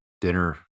dinner